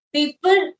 People